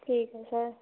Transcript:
ਠੀਕ ਹੈ ਸਰ